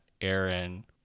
aaron